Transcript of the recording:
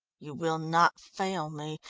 you will not fail me?